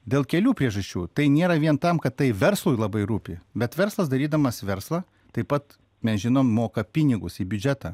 dėl kelių priežasčių tai nėra vien tam kad tai verslui labai rūpi bet verslas darydamas verslą taip pat mes žinom moka pinigus į biudžetą